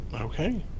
Okay